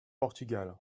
portugal